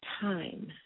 time